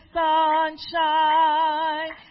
sunshine